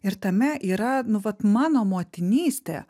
ir tame yra nu vat mano motinystė